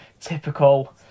typical